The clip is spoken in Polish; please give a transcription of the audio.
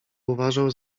uważał